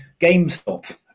GameStop